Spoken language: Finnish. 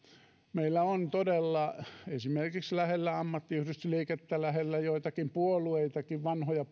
meillä on todella esimerkiksi lähellä ammattiyhdistysliikettä ja lähellä joitakin vanhoja